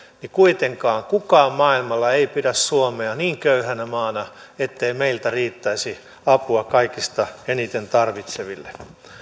niin kuitenkaan kukaan maailmalla ei pidä suomea niin köyhänä maana ettei meiltä riittäisi apua kaikista eniten tarvitseville